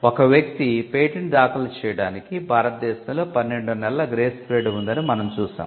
ఒక వ్యక్తి పేటెంట్ దాఖలు చేయడానికి భారతదేశంలో పన్నెండు నెలల గ్రేస్ పీరియడ్ ఉందని మనం చూశాం